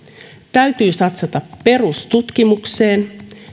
täytyy satsata perustutkimukseen